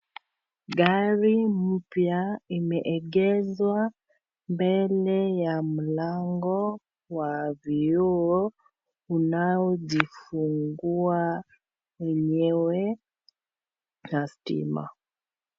Gari mpya imeegezwa mbele ya mlango wa vioo unaojifungua yenyewe ya stima.